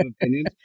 opinions